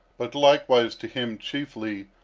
but likewise to him, chiefly,